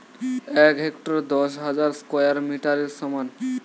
এক হেক্টার দশ হাজার স্কয়ার মিটারের সমান